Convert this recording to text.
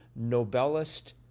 Nobelist